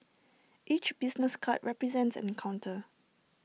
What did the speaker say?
each business card represents an encounter